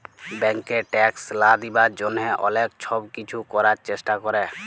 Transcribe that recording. ব্যাংকে ট্যাক্স লা দিবার জ্যনহে অলেক ছব কিছু ক্যরার চেষ্টা ক্যরে